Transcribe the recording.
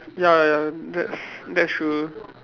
ya ya that's that's true